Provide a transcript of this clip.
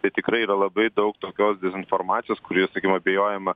tai tikrai yra labai daug tokios dezinformacijos kuri sakykim abejojama